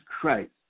Christ